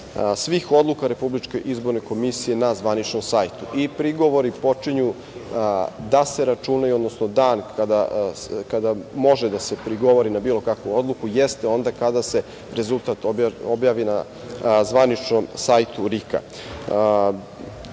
svih odluka RIK na zvaničnom sajtu i prigovori počinju da se računaju, odnosno dan kada može da se prigovori na bilo kakvu odluku, jeste onda kada se rezultat objavi na zvaničnom sajtu RIK-a.